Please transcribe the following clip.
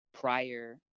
prior